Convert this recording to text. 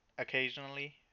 occasionally